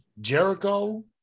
Jericho